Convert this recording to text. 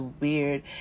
weird